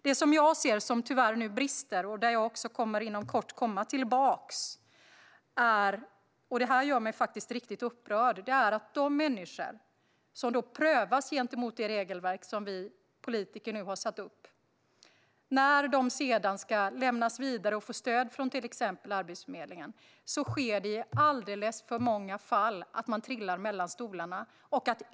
Det som jag ser, som tyvärr nu brister, och där jag kommer att komma tillbaka - och det här gör mig faktiskt riktigt upprörd - är att de människor som prövas gentemot det regelverk som vi politiker nu har satt upp i alldeles för många fall trillar mellan stolarna när de sedan ska lämnas vidare och få stöd från till exempel Arbetsförmedlingen.